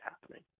happening